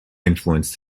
influenced